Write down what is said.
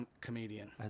comedian